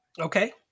Okay